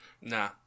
Nah